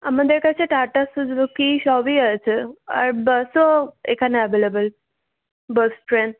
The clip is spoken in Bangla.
আমাদের কাছে টাটা সুজুকি সবই আছে আর বাসও এখানে অ্যাভেলেবেল বাস ট্রেন